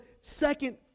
second